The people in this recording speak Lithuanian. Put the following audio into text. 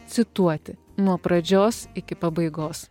cituoti nuo pradžios iki pabaigos